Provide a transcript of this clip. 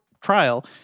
trial